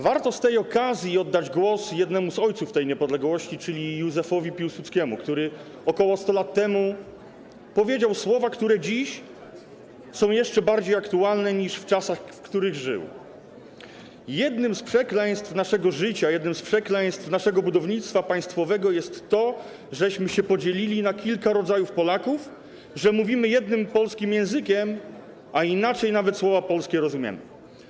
Warto z tej okazji oddać głos jednemu z ojców niepodległości, czyli Józefowi Piłsudskiemu, który ok. 100 lat temu wypowiedział słowa, które dziś są jeszcze bardziej aktualne niż w czasach, w których żył: „Jednym z przekleństw naszego życia, jednym z przekleństw naszego budownictwa państwowego jest to, żeśmy się podzielili na kilka rodzajów Polaków, że mówimy jednym polskim językiem, a inaczej nawet słowa polskie rozumiemy